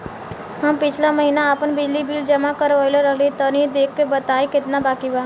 हम पिछला महीना आपन बिजली बिल जमा करवले रनि तनि देखऽ के बताईं केतना बाकि बा?